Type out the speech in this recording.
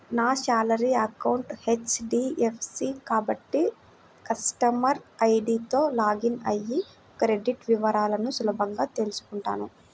నా salary account HDFC కాబట్టి customer ఐడీతో లాగిన్ అయ్యి క్రెడిట్ వివరాలను సులభంగా తెల్సుకుంటాను